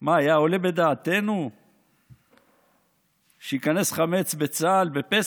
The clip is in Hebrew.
מה, היה עולה בדעתנו שייכנס חמץ לצה"ל בפסח?